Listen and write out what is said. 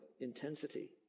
intensity